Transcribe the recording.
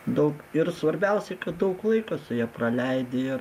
daug ir svarbiausia kad daug laiko su ja praleidi ir